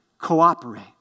Cooperate